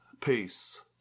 Peace